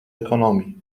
ekonomii